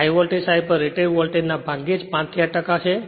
high voltage side પર ના rated વોલ્ટેજના ભાગ્યે જ 5 થી 8 ટકા છે